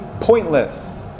pointless